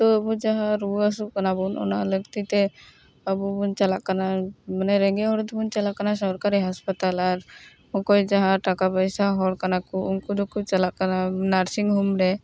ᱛᱚ ᱟᱵᱚ ᱡᱟᱦᱟᱸ ᱨᱩᱣᱟᱹ ᱦᱟᱹᱥᱩᱜ ᱠᱟᱱᱟ ᱵᱚᱱ ᱚᱱᱟ ᱞᱟᱹᱠᱛᱤ ᱛᱮ ᱟᱵᱚ ᱵᱚᱱ ᱪᱟᱞᱟᱜ ᱠᱟᱱᱟ ᱢᱟᱱᱮ ᱨᱮᱸᱜᱮᱡ ᱦᱚᱲ ᱫᱚᱵᱚᱱ ᱪᱟᱞᱟᱜ ᱠᱟᱱᱟ ᱥᱚᱨᱠᱟᱨᱤ ᱦᱟᱥᱯᱟᱛᱟᱞ ᱟᱨ ᱚᱠᱚᱭ ᱡᱟᱦᱟᱸ ᱴᱟᱠᱟ ᱯᱚᱭᱥᱟ ᱦᱚᱲ ᱠᱟᱱᱟ ᱠᱚ ᱩᱱᱠᱩ ᱫᱚᱠᱚ ᱪᱟᱞᱟᱜ ᱠᱟᱱᱟ ᱱᱟᱨᱥᱤᱝ ᱦᱳᱢ ᱨᱮ